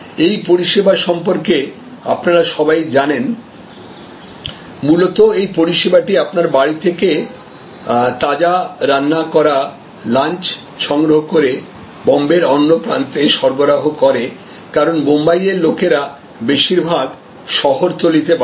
এই পরিষেবা সম্পর্কে আপনারা সবাই জানেন মূলত এই পরিষেবাটি আপনার বাড়ি থেকে তাজা রান্না করা লাঞ্চ সংগ্রহ করে বোম্বের অন্য প্রান্তে সরবরাহ করে কারণ বোম্বাইয়ের লোকেরা বেশিরভাগ শহরতলিতে বাস করে